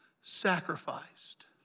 sacrificed